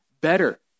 better